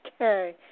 Okay